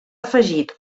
afegit